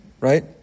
Right